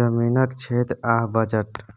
जमीनक क्षेत्र आ बजट